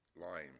line